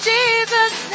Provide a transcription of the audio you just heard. Jesus